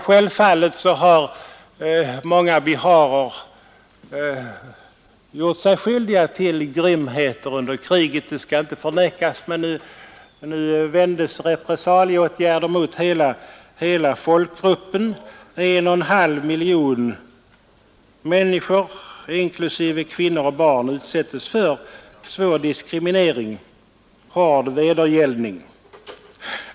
Självfallet har många biharer gjort sig skyldiga till grymheter under kriget, det skall inte förnekas. Men nu vidtas repressalieåtgärder mot hela folkgruppen; en och en halv miljon människor inklusive kvinnor och barn utsätts för svår diskriminering och hård vedergällning.